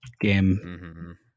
game